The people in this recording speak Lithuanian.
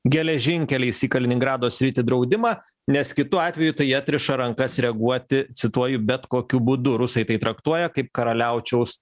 geležinkeliais į kaliningrado sritį draudimą nes kitu atveju tai atriša rankas reaguoti cituoju bet kokiu būdu rusai tai traktuoja kaip karaliaučiaus